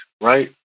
right